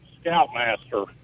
scoutmaster